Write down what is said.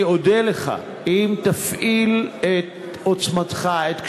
אני אודה לך אם תפעיל את עוצמתך, את קשריך,